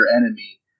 enemy